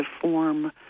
form